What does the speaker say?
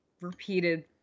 repeated